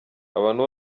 abantu